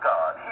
God